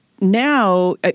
Now